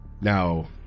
Now